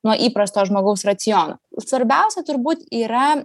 nuo įprasto žmogaus raciono svarbiausia turbūt yra